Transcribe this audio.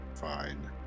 fine